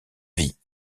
vie